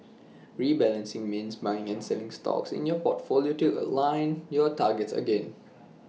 rebalancing means buying and selling stocks in your portfolio to realign your targets again